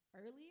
earlier